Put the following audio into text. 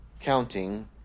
counting